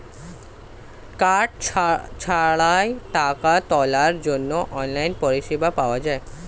card ছাড়াই টাকা তোলার জন্য অনলাইন পরিষেবা পাওয়া যায়